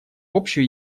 общую